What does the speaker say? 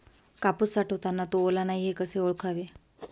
कापूस साठवताना तो ओला नाही हे कसे ओळखावे?